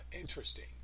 interesting